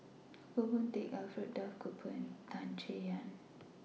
Goh Boon Teck Alfred Duff Cooper and Tan Chay Yan